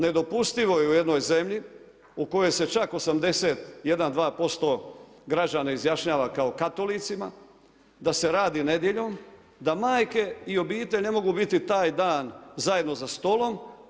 Nedopustivo je u jednoj zemlji u kojoj se čak 80, jedan, dva posto građana izjašnjava kao Katolicima, da se radi nedjeljom da majke i obitelj ne mogu biti taj dan zajedno za stolom.